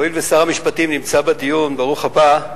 הואיל ושר המשפטים נמצא בדיון, ברוך הבא,